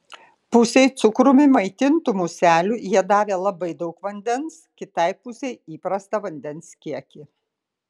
pusei cukrumi maitintų muselių jie davė labai daug vandens kitai pusei įprastą vandens kiekį